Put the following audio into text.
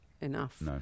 enough